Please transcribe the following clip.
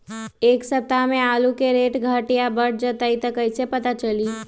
एक सप्ताह मे आलू के रेट घट ये बढ़ जतई त कईसे पता चली?